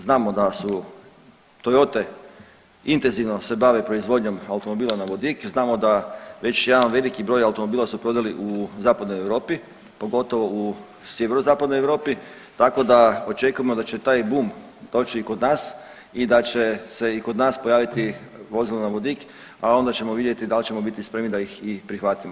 Znamo da su Toyote intenzivno se bave proizvodnjom automobila na vodik, znamo da već jedan veliki broj automobila su prodali u Zapadnoj Europi pogotovo u sjeverozapadnoj Europi, tako da očekujemo da će taj bum doći i kod nas i da će se i kod nas pojaviti vozila na vodik, a onda ćemo vidjeti da li ćemo biti spremni da ih i prihvatimo.